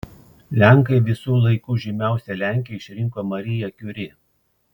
lenkai visų laikų žymiausia lenke išrinko mariją kiuri